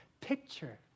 picture